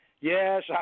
Yes